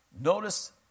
Notice